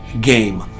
game